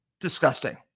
disgusting